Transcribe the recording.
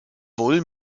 wohl